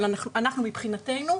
אבל אנחנו מבחינתנו,